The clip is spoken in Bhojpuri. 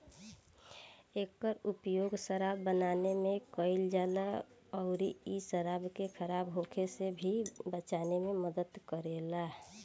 एकर उपयोग शराब बनावे में कईल जाला अउरी इ शराब के खराब होखे से भी बचावे में मदद करेला